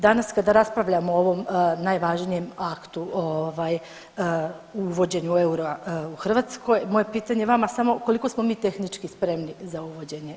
Danas kada raspravljamo o ovom najvažnijem aktu o uvođenju eura u Hrvatskoj moje pitanje vama samo koliko smo mi tehnički spremni za uvođenje eura?